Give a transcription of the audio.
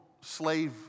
slave